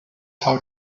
how